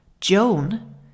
Joan